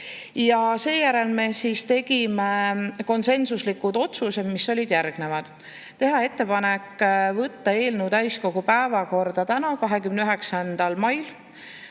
Ja seejärel me tegime konsensuslikud otsused, mis olid järgmised: teha ettepanek võtta eelnõu täiskogu päevakorda täna, 29. mail,